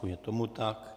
Je tomu tak.